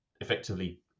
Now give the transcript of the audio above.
effectively